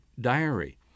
diary